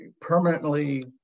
permanently